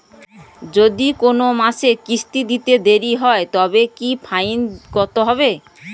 যদি কোন মাসে কিস্তি দিতে দেরি হয় তবে কি ফাইন কতহবে?